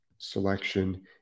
selection